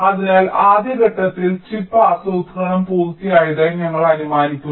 അതിനാൽ ആദ്യ ഘട്ടത്തിൽ ചിപ്പ് ആസൂത്രണം പൂർത്തിയായതായി ഞങ്ങൾ അനുമാനിക്കുന്നു